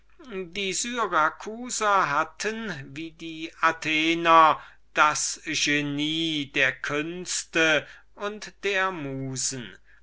die syracusaner hatten den genie der künste und der musen